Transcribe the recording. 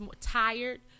tired